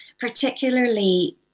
particularly